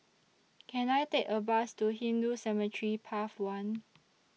Can I Take A Bus to Hindu Cemetery Path one